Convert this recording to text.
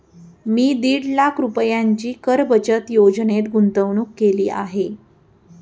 मी दीड लाख रुपयांची कर बचत योजनेत गुंतवणूक केली आहे